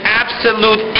absolute